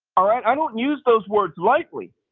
alright? i don't use those words lightly.